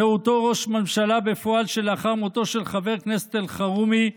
זה אותו ראש ממשלה בפועל שלאחר מותו של חבר הכנסת אלחרומי,